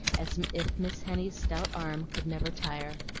as if miss henny's stout arm could never tire.